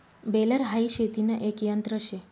baler हाई शेतीन एक यंत्र शे